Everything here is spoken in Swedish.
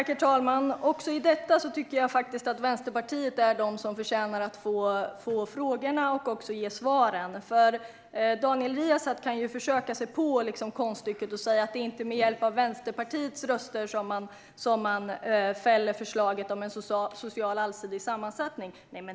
Herr talman! Också här tycker jag att Vänsterpartiet förtjänar att få frågorna och ge svaren. Daniel Riazat kan ju försöka sig på konststycket att säga att det inte är med hjälp av Vänsterpartiets röster som man fäller förslaget om en social allsidig sammansättning.